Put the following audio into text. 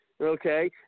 Okay